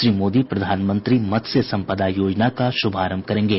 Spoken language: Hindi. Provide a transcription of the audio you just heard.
श्री मोदी प्रधानमंत्री मत्स्य संपदा योजना का शुभारंभ करेंगे